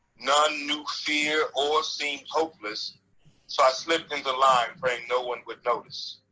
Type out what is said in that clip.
none knew fear or seemed hopeless so i slipped in the line praying no one would notice.